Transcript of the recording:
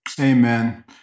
Amen